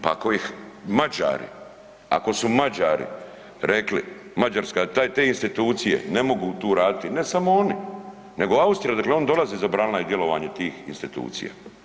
Pa ako ih Mađari, ako su Mađari rekli, Mađarska, te institucije ne mogu tu raditi, ne samo oni nego Austrija odakle oni dolaze zabranila je djelovanje tih institucija.